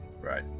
right